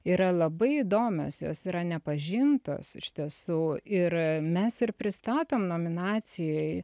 yra labai įdomios jos yra nepažintos iš tiesų ir mes ir pristatom nominacijoj